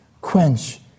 quench